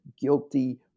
guilty